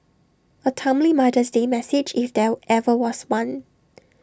A timely mother's day message if there ever was one